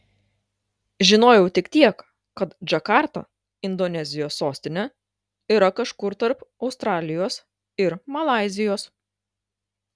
žinojau tik tiek kad džakarta indonezijos sostinė yra kažkur tarp australijos ir malaizijos